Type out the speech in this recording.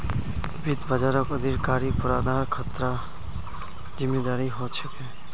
वित्त बाजारक अधिकारिर पर आधार खतरार जिम्मादारी ह छेक